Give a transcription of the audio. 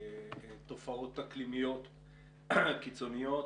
בתופעות אקלימיות קיצוניות,